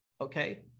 Okay